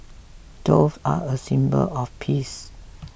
doves are a symbol of peace